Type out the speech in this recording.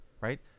right